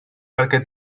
perquè